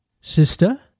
Sister